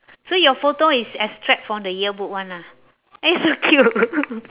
so your photo is extract from the yearbook [one] ah eh so cute